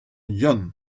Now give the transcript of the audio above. yann